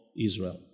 Israel